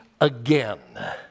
again